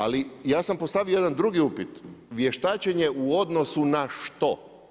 Ali ja sam postavio jedan drugi upit, vještačenje u odnosu na što?